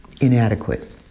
inadequate